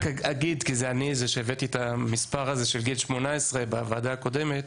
אגיד כי אני זה שהבאתי את המספר הזה של גיל 18 בוועדה הקודמת.